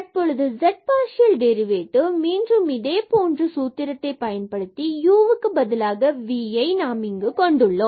தற்பொழுது z partial derivative மீண்டும் இதே போன்ற சூத்திரத்தை பயன்படுத்தி uக்கு பதிலாக vஐ நாம் இங்கு கொண்டுள்ளோம்